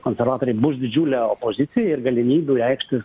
konservatoriai bus didžiulė opozicija ir galimybių reikštis